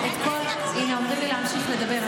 הינה, אומרים לי להמשיך לדבר.